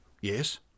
yes